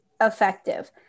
effective